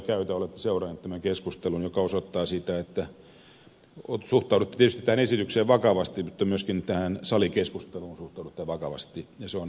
olette seurannut tämän keskustelun joka osoittaa sitä että suhtaudutte tietysti tähän esitykseen vakavasti mutta myöskin tähän salikeskusteluun suhtaudutte vakavasti ja se on arvokasta